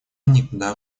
никуда